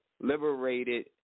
liberated